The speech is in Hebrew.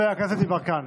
בבקשה, חבר הכנסת יברקן.